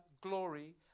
glory